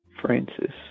Francis